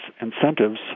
incentives